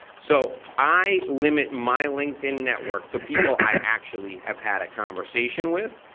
so i limit my linkedin network to people i actually have had a conversation with.